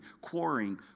quarrying